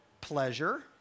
pleasure